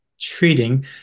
treating